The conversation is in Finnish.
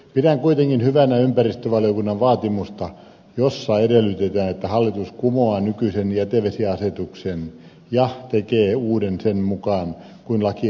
pidän kuitenkin hyvänä ympäristövaliokunnan vaatimusta jossa edellytetään että hallitus kumoaa nykyisen jätevesiasetuksen ja tekee uuden sen mukaan kuin laki edellyttää